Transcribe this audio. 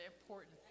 important